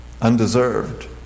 undeserved